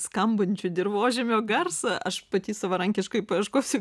skambančio dirvožemio garsą aš pati savarankiškai paieškosiu